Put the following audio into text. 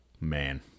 man